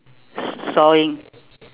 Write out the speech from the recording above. s~ sawing